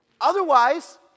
Otherwise